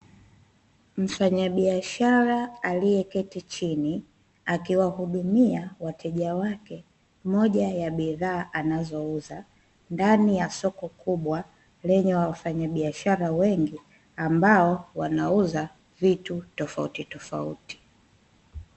Mfanyabiashara aliyeketi chini, akiwauhudumia wateja wake moja ya bidhaa anazouza, ndani ya soko kubwa lenye wafanyabiashara wengi ambao wanauza vitu tofauti tofauti.